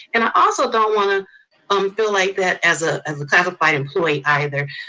and i also don't wanna um feel like that as ah as a classified employee either.